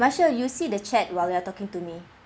marshal you'll see the chat while you're talking to me